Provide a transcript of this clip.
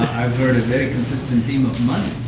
i've heard a very consistent theme of money.